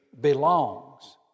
belongs